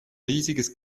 riesiges